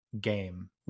game